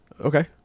Okay